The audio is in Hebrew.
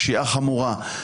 פשיעה חמורה.